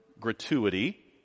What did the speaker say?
gratuity